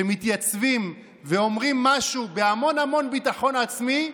שמתייצבים ואומרים משהו בהמון המון ביטחון עצמי,